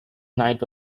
night